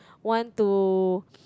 want to